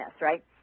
right